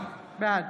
בעד